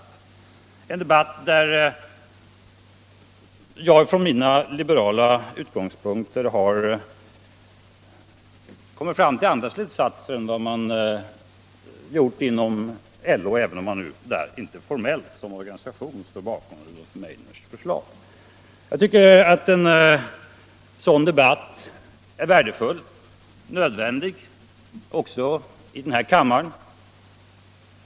Det är en debatt, där jag från mina liberala utgångspunkter har kommit fram till andra slutsatser än man gjort inom LO. Jag tycker att en sådan debatt är värdefull och nödvändig också i denna kammare.